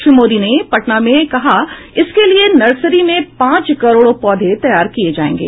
श्री मोदी ने पटना में कहा इसके लिए नर्सरी में पांच करोड़ पौधे तैयार किए जायेंगे